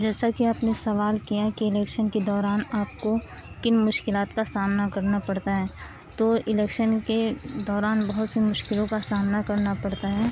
جیسا کہ آپ نے سوال کیا کہ الیکشن کے دوران آپ کو کن مشکلات کا سامنا کرنا پڑتا ہے تو الیکشن کے دوران بہت سی مشکلوں کا سامنا کرنا پڑتا ہے